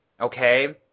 okay